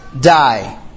die